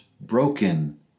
broken